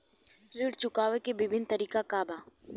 ऋण चुकावे के विभिन्न तरीका का बा?